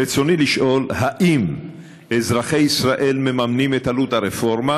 ברצוני לשאול: 1. האם אזרחי ישראל מממנים את עלות הרפורמה?